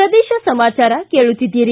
ಪ್ರದೇಶ ಸಮಾಚಾರ ಕೇಳುತ್ತಿದ್ದೀರಿ